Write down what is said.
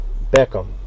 beckham